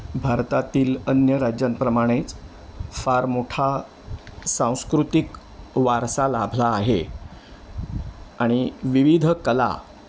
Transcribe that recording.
भारतातील अन्य राज्यांप्रमाणेच फार मोठा सांस्कृतिक वारसा लाभला आहे आणि विविध कला